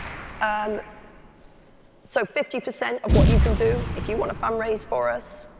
um so fifty percent of what you can do, if you want to fundraise for us,